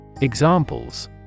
Examples